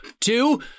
two